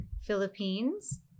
Philippines